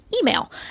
email